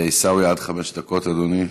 עיסאווי, עד חמש דקות, אדוני.